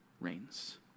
reigns